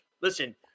listen